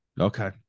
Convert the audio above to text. Okay